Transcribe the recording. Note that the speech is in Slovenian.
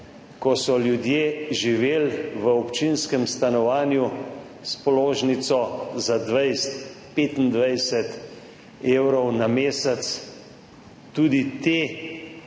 ko so ljudje živeli v občinskem stanovanju s položnico za 20, 25 evrov na mesec, pa tudi te